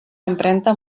empremta